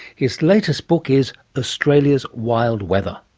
his latest book is australia's wild weather.